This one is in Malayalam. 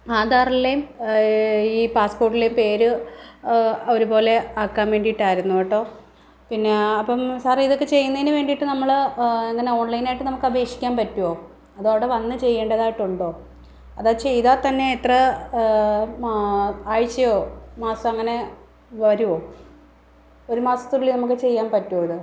ആധാറിലെയും ഈ പാസ്പോർട്ടിലെയും പേര് ഒരുപോലെ ആക്കാൻ വേണ്ടിയിട്ടായിരുന്നു കേട്ടോ പിന്നെ അപ്പം സാർ ഇതൊക്കെ ചെയ്യുന്നതിന് വേണ്ടിയിട്ട് നമ്മൾ അങ്ങനെ ഓൺലൈനായിട്ട് നമുക്ക് അപേക്ഷിക്കാൻ പറ്റുമോ അതോ അവിടെ വന്ന് ചെയ്യേണ്ടതായിട്ടുണ്ടോ അതോ ചെയ്താൽ തന്നെ എത്ര ആഴ്ചയോ മാസമോ അങ്ങനെ വരുമോ ഒരു മാസത്തിനുള്ളിൽ നമുക്ക് ചെയ്യാൻ പറ്റുമോ ഇത്